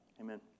amen